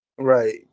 Right